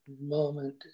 moment